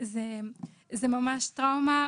זה ממש טראומה,